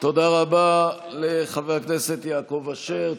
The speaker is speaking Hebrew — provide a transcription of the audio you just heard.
תודה רבה לחבר הכנסת יעקב אשר.